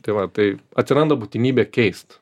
tai va tai atsiranda būtinybė keist